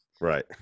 Right